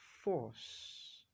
force